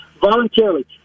voluntarily